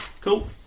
cool